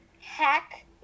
hack